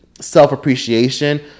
self-appreciation